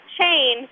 chain